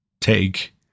take